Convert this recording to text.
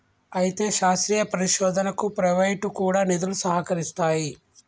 అయితే శాస్త్రీయ పరిశోధనకు ప్రైవేటు కూడా నిధులు సహకరిస్తాయి